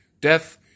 death